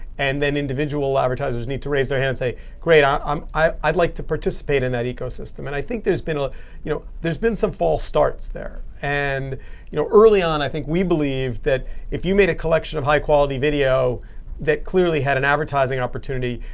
and then individual advertisers, need to raise their hand and say, great, um i'd like to participate in that ecosystem. and i think there's been ah you know there's been some false starts there. and you know early on, i think we believed that if you made a collection of high-quality video that clearly had an advertising opportunity,